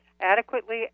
adequately